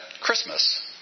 Christmas